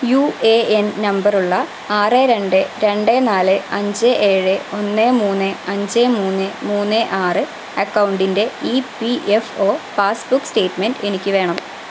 U A N number ഉള്ള ആറ് രണ്ട് രണ്ട് നാല് അഞ്ച് ഏഴ് ഒന്ന് മൂന്ന് അഞ്ച് മൂന്ന് മൂന്ന് ആറ് അക്കൗണ്ടിൻ്റെ E P F O passbook statement എനിക്ക് വേണം